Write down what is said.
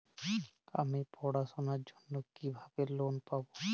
আমি পড়াশোনার জন্য কিভাবে লোন পাব?